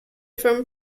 from